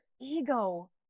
ego